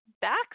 back